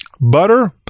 butter